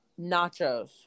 nachos